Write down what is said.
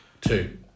Two